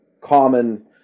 common